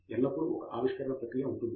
ఎల్లప్పుడూ ఒక ఆవిష్కరణ ప్రక్రియ ఉంటుంది